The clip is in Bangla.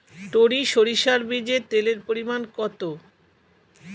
টরি সরিষার বীজে তেলের পরিমাণ কত?